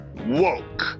Woke